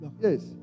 Yes